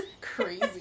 crazy